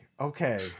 Okay